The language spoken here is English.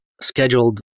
scheduled